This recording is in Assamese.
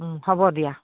হ'ব দিয়া